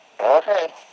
Okay